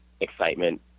excitement